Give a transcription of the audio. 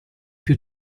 più